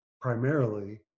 primarily